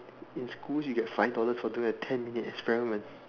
in schools you get five dollars for doing a ten minute experiment